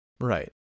Right